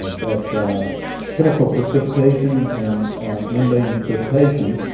um that chemical precipitation, and membrane flirtation,